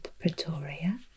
Pretoria